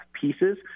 pieces